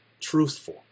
truthful